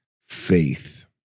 faith